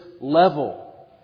level